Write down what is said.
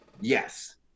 Yes